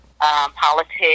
politics